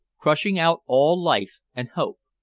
crushing out all life and hope.